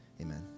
Amen